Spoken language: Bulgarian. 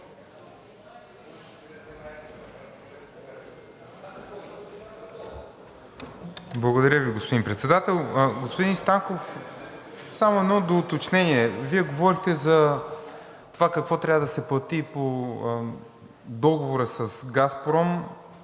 Благодаря Ви, господин Председател. Господин Станков, само едно доуточнение, Вие говорите за това какво трябва да се плати по договора с „Газпром“